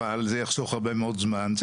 אבל זה יחסוך הרבה מאוד זמן.